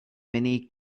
many